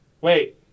Wait